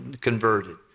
converted